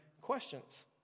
questions